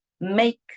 make